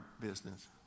business